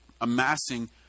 amassing